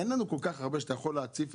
אין לנו כל כך הרבה שאתה יכול להציף.